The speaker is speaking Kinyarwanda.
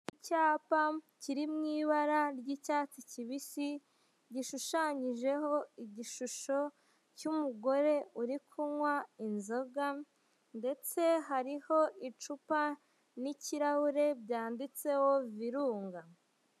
Icyapa kiri mu ibara ry'icyatsi kibisi, gishushanyijeho igishusho cy'umugore uri kunywa inzoga, ndetse hariho icupa n'ikirahure byanditseho virunga.